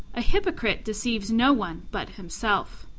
a hypocrite deceives no one but himself.